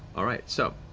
all right, so.